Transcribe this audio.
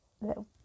little